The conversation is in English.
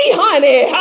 honey